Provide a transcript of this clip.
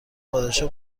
پادشاه